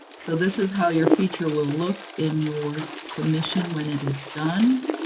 so this is how your feature will look in your submission when it is done.